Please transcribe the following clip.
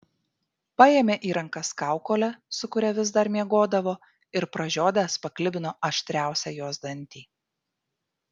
paėmė į rankas kaukolę su kuria vis dar miegodavo ir pražiodęs paklibino aštriausią jos dantį